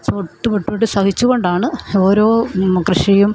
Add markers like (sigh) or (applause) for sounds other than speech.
(unintelligible) ബുദ്ധിമുട്ട് സഹിച്ചുകൊണ്ടാണ് ഓരോ കൃഷിയും